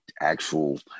actual